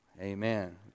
Amen